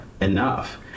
enough